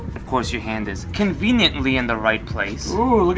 of course your hand is conveniently in the right place ooh,